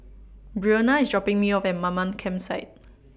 Breonna IS dropping Me off At Mamam Campsite